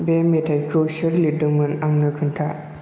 बे मेथाइखो सोर लिरदोंमोन आंनो खोन्था